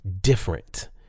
different